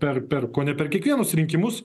per per kone per kiekvienus rinkimus